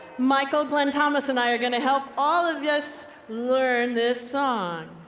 michael, glen thomas, and i are going to help all of us learn this song.